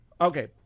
Okay